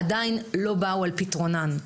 עדיין לא באו על פתרונם.